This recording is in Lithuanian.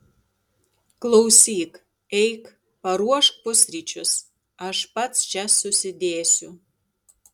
klausyk eik paruošk pusryčius aš pats čia susidėsiu